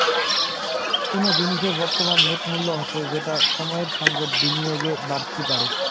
কুনো জিনিসের বর্তমান নেট মূল্য হসে যেটা সময়ের সঙ্গত বিনিয়োগে বাড়তি পারে